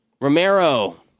Romero